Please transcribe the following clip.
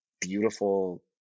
beautiful